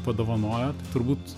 padovanojo turbūt